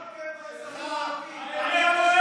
אתם צעקתם לאזרחים הערבים, השנאה שלך.